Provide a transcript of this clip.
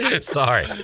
Sorry